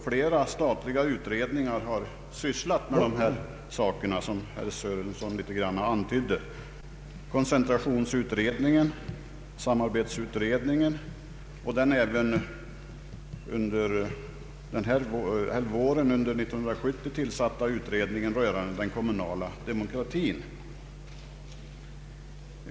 Flera statliga utredningar har, som herr Sörenson antydde, sysslat med dessa frågor — koncentrationsutredningen, samarbetsutredningen och även den under våren 1970 tillsatta utredningen rörande den kommunala demokratin.